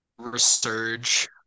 resurge